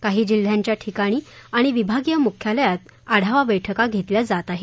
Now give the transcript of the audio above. काही जिल्ह्यांच्या ठिकाणी आणि विभागीय मुख्यालयात आढावा बैठका घेतल्या जात आहेत